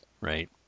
right